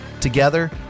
Together